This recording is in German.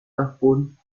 dachboden